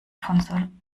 von